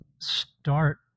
start